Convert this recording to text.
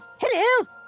Hello